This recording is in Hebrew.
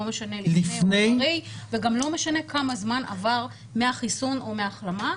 לא משנה לפני או אחרי וגם לא משנה כמה זמן עבר מהחיסון או מההחלמה,